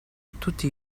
tutti